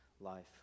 life